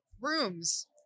Rooms